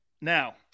now